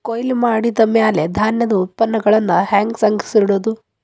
ಕೊಯ್ಲು ಮಾಡಿದ ಮ್ಯಾಲೆ ಧಾನ್ಯದ ಉತ್ಪನ್ನಗಳನ್ನ ಹ್ಯಾಂಗ್ ಸಂಗ್ರಹಿಸಿಡೋದು?